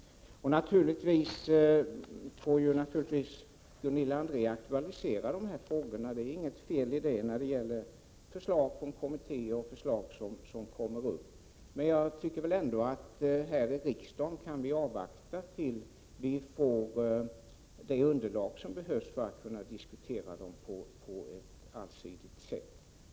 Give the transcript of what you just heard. Gunilla André får naturligtvis aktualisera dessa frågor. Det är inget fel i det, när det gäller förslag från kommittéer och förslag som kommer upp. Här i riksdagen kan vi nog avvakta tills vi får det underlag som behövs för att diskutera dem på ett allsidigt sätt.